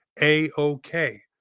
A-OK